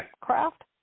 craft